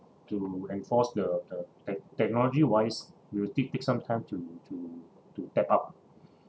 to enforce the the tech~ technology wise will take take some time to to to tap up